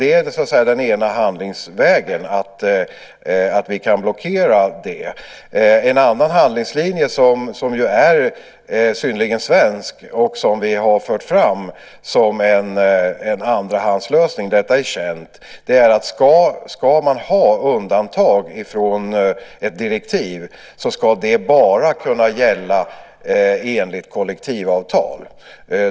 Det är alltså den ena handlingsvägen, det vill säga att vi kan blockera det. En annan handlingslinje, som ju är synnerligen svensk och som vi har fört fram som en andrahandslösning - detta är känt - är att ska man ha undantag från ett direktiv så ska det bara kunna gälla enligt kollektivavtal.